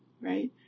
right